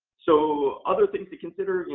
so, other things to consider.